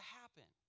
happen